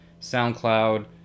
SoundCloud